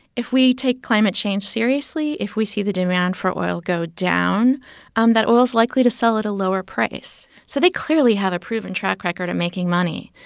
if we take climate change seriously, if we see the demand for oil go down, um that oil's likely to sell at a lower price. so they, clearly, have a proven track record of making money.